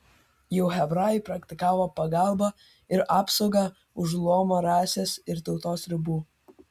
jau hebrajai praktikavo pagalbą ir apsaugą už luomo rasės ir tautos ribų